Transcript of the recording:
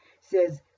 says